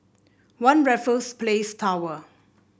One Raffles Place Tower